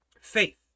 Faith